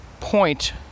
point